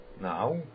Now